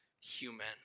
human